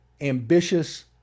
ambitious